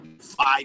five